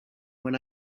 when